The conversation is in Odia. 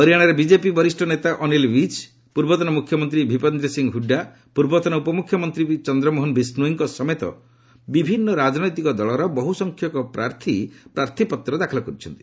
ହରିୟାଣାରେ ବିଜେପିର ବରିଷ୍ପ ନେତା ଅନିଲ ଭିଜ୍ ପୂର୍ବତନ ମୁଖ୍ୟମନ୍ତ୍ରୀ ଭୂପେନ୍ଦ୍ର ସିଂ ହୁଡ୍ଡା ପୂର୍ବତନ ଉପମୁଖ୍ୟମନ୍ତ୍ରୀ ଚନ୍ଦ୍ରମୋହନ ବିଷ୍ଣୋୟୀଙ୍କ ସମେତ ବିଭିନ୍ନ ରାଜନୈତିକ ଦଳର ବହୁ ସଂଖ୍ୟକ ପ୍ରାର୍ଥୀ ପ୍ରାର୍ଥପତ୍ର ଦାଖଲ କରିଛନ୍ତି